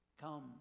come